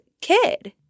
kid